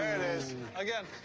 it is again.